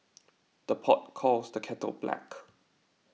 the pot calls the kettle black